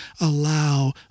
allow